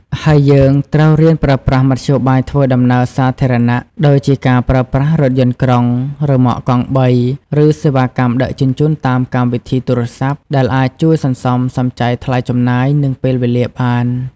ហើយយើងត្រូវរៀនប្រើប្រាស់មធ្យោបាយធ្វើដំណើរសាធារណ ដូចជាការប្រើប្រាស់រថយន្តក្រុង រ៉ឺម៉កកង់បី ឬសេវាកម្មដឹកជញ្ជូនតាមកម្មវិធីទូរស័ព្ទ ដែលអាចជួយសន្សំសំចៃថ្លៃចំណាយ និងពេលវេលាបាន។